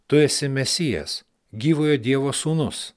tu esi mesijas gyvojo dievo sūnus